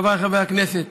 חבריי חברי הכנסת,